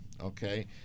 okay